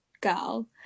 girl